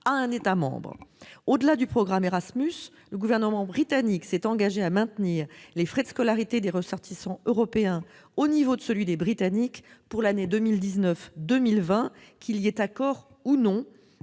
un État membre. Au-delà du programme Erasmus, le Gouvernement britannique s'est engagé à maintenir les frais de scolarité des ressortissants européens au niveau de celui des Britanniques pour l'année 2019-2020, qu'il y ait accord ou non,